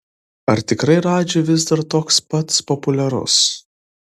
ar tikrai radži vis dar toks pats populiarus